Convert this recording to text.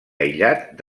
aïllat